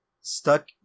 stuck